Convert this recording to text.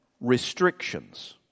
restrictions